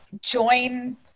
Join